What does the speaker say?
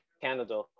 Canada